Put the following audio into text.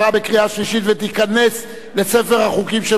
ותיכנס לספר החוקים של מדינת ישראל.